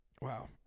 wow